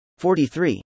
43